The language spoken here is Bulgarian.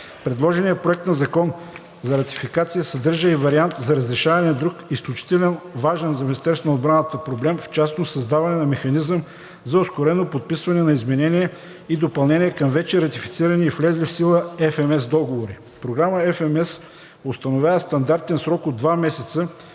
предложеният проект на закон за ратификация съдържа и вариант за разрешаване на друг изключително важен за Министерството на отбраната проблем, в частност създаване на механизъм за ускорено подписване на изменения и допълнения към вече ратифицирани и влезли в сила FMS договори. Програма FMS установява стандартен срок от 2 месеца